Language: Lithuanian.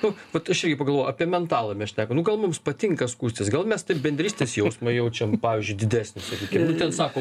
nu vat aš irgi pagalvojau apie mentalą mes šnekam nu gal mums patinka skųstis gal mes taip bendrystės jausmą jaučiam pavyzdžiui didesnį sakykim nu ten sako